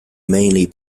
mainly